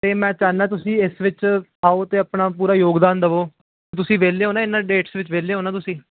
ਅਤੇ ਮੈਂ ਚਾਹੁੰਦਾ ਤੁਸੀਂ ਇਸ ਵਿੱਚ ਆਓ ਅਤੇ ਆਪਣਾ ਪੂਰਾ ਯੋਗਦਾਨ ਦੇਵੋ ਤੁਸੀਂ ਵਿਹਲੇ ਹੋ ਨਾ ਇਹਨਾਂ ਡੇਟਸ ਵਿੱਚ ਵਿਹਲੇ ਹੋ ਨਾ ਤੁਸੀਂ